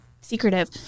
secretive